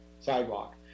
sidewalk